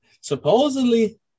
Supposedly